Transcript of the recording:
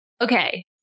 Okay